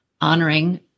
honoring